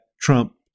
Trump